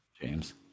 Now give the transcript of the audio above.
james